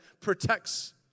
protects